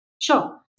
Sure